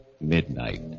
Midnight